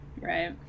Right